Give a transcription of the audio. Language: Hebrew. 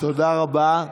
תודה רבה.